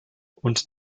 und